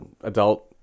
adult